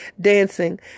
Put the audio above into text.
dancing